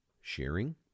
sharing